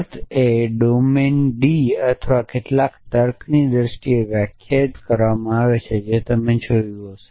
અર્થ એ domain D અથવા કેટલાક તર્કની દ્રષ્ટિએ વ્યાખ્યાયિત કરવામાં આવે છે જે તમે જોયું હશે